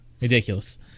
Ridiculous